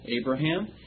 Abraham